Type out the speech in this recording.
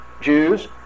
Jews